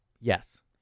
Yes